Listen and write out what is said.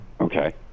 Okay